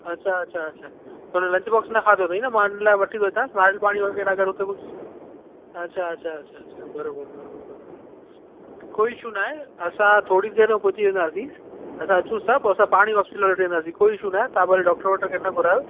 अच्छा अच्छा अच्छा पर लंच बॉक्स न खाधो अथईं न मां इन लाइ वठी थो अचांस नारेल पाणी वग़ैराह अगरि हुते कुझु अच्छा अच्छा अच्छा बराबरि बराबरि बराबरि कोई इशू न आहे असां थोरी देरि में पुॼी वेंदासींस असां अचूं था पोइ असां पाण ई हॉस्पीटल वठी वेंदासीं कोई इशू न आहे तव्हां भले डॉक्टर वग़ैराह खे न घुरायो